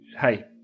hey